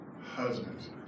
husbands